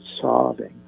sobbing